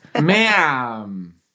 Ma'am